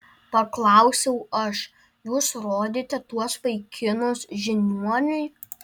paklausiau aš jūs rodėte tuos vaikinus žiniuoniui